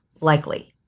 likely